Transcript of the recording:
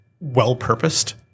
well-purposed